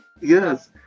Yes